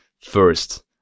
first